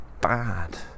bad